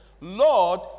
Lord